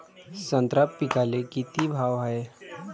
संत्रा पिकाले किती भाव हाये?